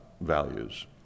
values